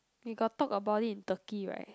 you got talk about it in Turkey right